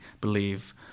believe